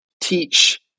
teach